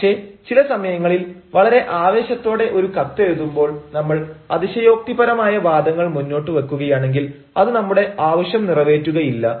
പക്ഷേ ചില സമയങ്ങളിൽ വളരെ ആവേശത്തോടെ ഒരു കത്തെഴുതുമ്പോൾ നമ്മൾ അതിശയോക്തിപരമായ വാദങ്ങൾ മുന്നോട്ടു വെക്കുകയാണെങ്കിൽ അത് നമ്മുടെ ആവശ്യം നിറവേറ്റുകയില്ല